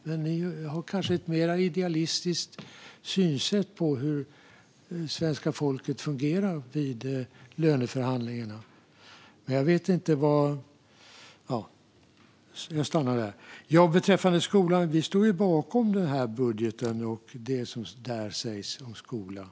Men ni har kanske ett mer idealistiskt synsätt på hur svenska folket fungerar vid löneförhandlingarna. Beträffande skolan står vi bakom denna budget och det som där sägs om skolan.